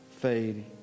fade